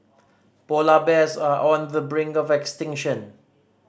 polar bears are on the brink of extinction